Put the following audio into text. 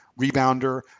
rebounder